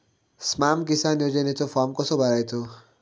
स्माम किसान योजनेचो फॉर्म कसो भरायचो?